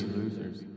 losers